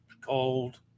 cold